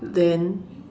then